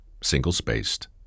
single-spaced